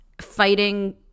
fighting